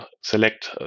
select